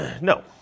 No